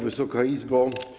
Wysoka Izbo!